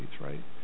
Right